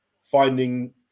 finding